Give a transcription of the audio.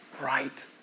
right